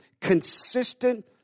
consistent